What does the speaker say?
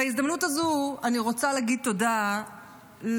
בהזדמנות הזאת אני רוצה להגיד תודה לנשיא